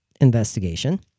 investigation